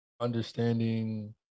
understanding